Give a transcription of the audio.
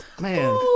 man